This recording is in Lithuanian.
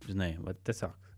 žinai vat tiesiog